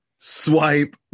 swipe